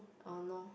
!hannor!